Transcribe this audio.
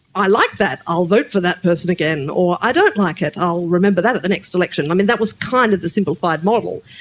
i like that, i'll vote for that person again', or, i don't like it, i'll remember that at the next election'. i mean, that was kind of the simplified model.